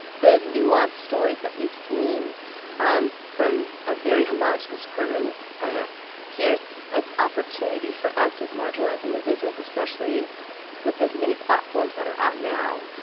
the nuanced stories that we've seen um from a very homogenous group oh, yeah here's an opportunity for us as marginalized individuals, especially with as many platforms that are out now,